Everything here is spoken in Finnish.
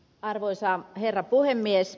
arvoisa herra puhemies